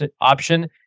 option